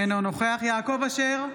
אינו נוכח יעקב אשר,